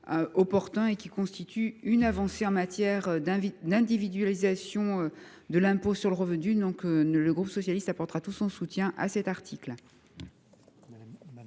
opportun, qui constitue une avancée en matière d’individualisation de l’impôt sur le revenu. Le groupe socialiste lui apportera donc tout son soutien. La parole